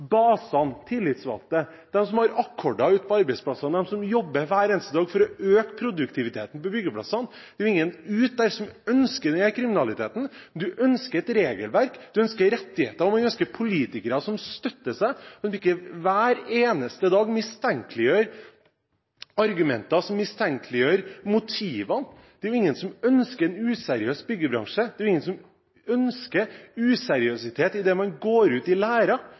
basene, tillitsvalgte, de som har akkorder ute på arbeidsplassene, de som jobber hver eneste dag for å øke produktiviteten på byggeplassene. Det er jo ingen der ute som ønsker den kriminaliteten, man ønsker et regelverk, man ønsker rettigheter, og man ønsker politikere som støtter seg, at man ikke hver eneste dag mistenkeliggjør motivene. Det er ingen som ønsker en useriøs byggebransje, det er ingen som ønsker useriøsitet når man går ut i